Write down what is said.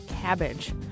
cabbage